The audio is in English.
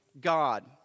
God